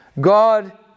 God